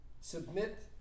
Submit